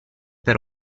per